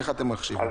איך אתם מחשיבים?